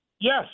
Yes